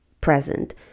present